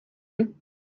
you